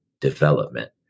development